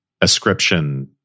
ascription